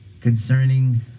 concerning